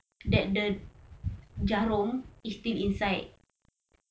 that the jarum is still inside